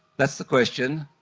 that's the question.